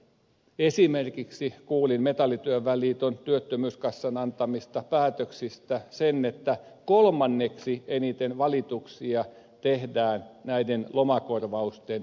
esimerkiksi kuulin metallityöväen liiton työttömyyskassan antamista päätöksistä sen että kolmanneksi eniten valituksia tehdään näiden lomakorvausten jaksotuksesta